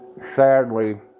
Sadly